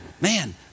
Man